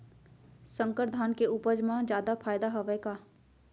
संकर धान के उपज मा जादा फायदा हवय का?